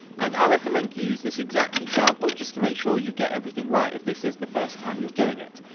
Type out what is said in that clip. and i recommend you use this exact example just to make sure you get everything right if this is the first time you're doing it.